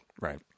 Right